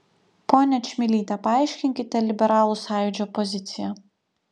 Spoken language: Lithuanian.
ponia čmilyte paaiškinkite liberalų sąjūdžio poziciją